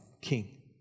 king